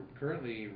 currently